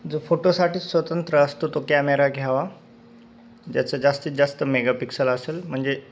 जो फोटोसाठी स्वतंत्र असतो तो कॅमेरा घ्यावा ज्याचं जास्तीत जास्त मेगापिक्सल असेल म्हणजे